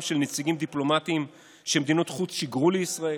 של נציגים דיפלומטיים שמדינות חוץ שיגרו לישראל,